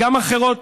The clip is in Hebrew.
וגם אחרות,